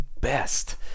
best